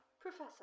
Professor